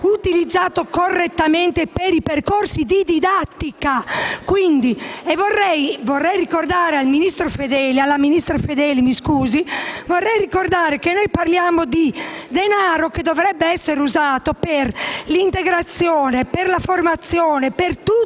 usato correttamente per i percorsi di didattica. Vorrei ricordare alla ministra Fedeli che noi parliamo di denaro che dovrebbe essere usato per l'integrazione, la formazione e per tutte